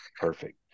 Perfect